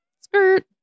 Skirt